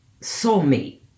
soulmate